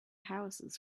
houses